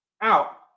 out